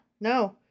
No